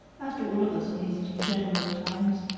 as do all of us in these degenerate times.